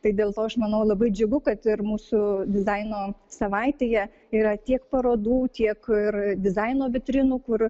tai dėl to aš manau labai džiugu kad ir mūsų dizaino savaitėje yra tiek parodų tiek ir dizaino vitrinų kur